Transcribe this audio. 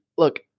Look